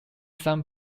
some